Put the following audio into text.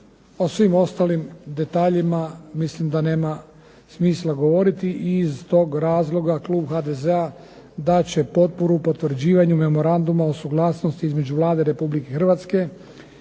o svim ostalim detaljima mislim da nema smisla govoriti i iz tog razloga klub HDZ-a dat će potporu potvrđivanju memoranduma o suglasnosti između Vlade Republike Hrvatske